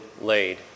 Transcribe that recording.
laid